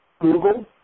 Google